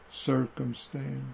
circumstance